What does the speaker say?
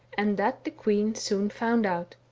and that the queen soon found out.